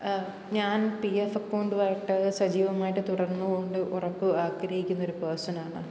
ഞാൻ P F അക്കൗണ്ടുമായിട്ട് സജീവമായിട്ട് തുടർന്നുകൊണ്ട് ഉറപ്പ് ആഗ്രഹിക്കുന്ന ഒരു പേഴ്സൺ ആണ്